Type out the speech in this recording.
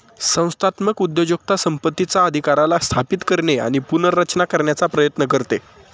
संस्थात्मक उद्योजकता संपत्तीचा अधिकाराला स्थापित करणे आणि पुनर्रचना करण्याचा प्रयत्न करते